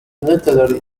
militarily